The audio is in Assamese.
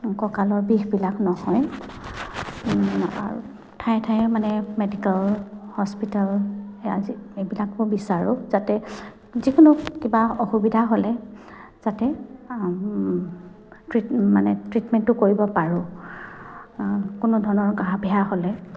কঁকালৰ বিষবিলাক নহয় আৰু ঠাইে ঠাইে মানে মেডিকেল হস্পিটেল আজি এইবিলাকো বিচাৰোঁ যাতে যিকোনো কিবা অসুবিধা হ'লে যাতে ট্ৰি মানে ট্ৰিটমেণ্টটো কৰিব পাৰোঁ কোনো ধৰণৰ গা বেয়া হ'লে